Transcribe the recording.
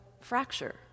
fracture